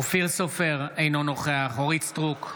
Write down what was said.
אופיר סופר, אינו נוכח אורית מלכה סטרוק,